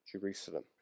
Jerusalem